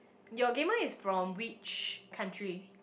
your gamer is from which country